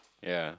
ya